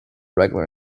regular